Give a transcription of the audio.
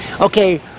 Okay